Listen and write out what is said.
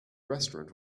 restaurant